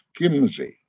Kimsey